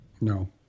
No